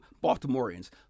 Baltimoreans